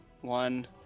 one